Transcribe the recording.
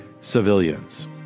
civilians